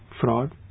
fraud